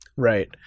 right